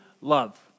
love